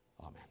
Amen